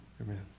Amen